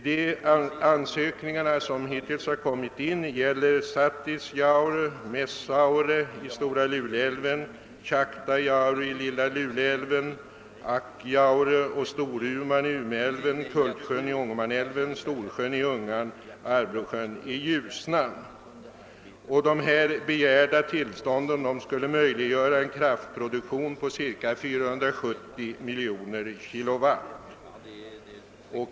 De ansökningar som hittills kommit in gäller Satisjaure och Messaure i Stora Luleälv, Tjaktajaure i Lilla Luleälv, Ajaure och Storuman i Umeälv, Kultsjön i Ångermanälven, Storsjön i Ljungan och Arbråsjön i Ljusnan. De begärda till stånden skulle möjliggöra en kraftproduktion på cirka 470 miljoner kWh.